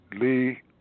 Lee